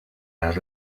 las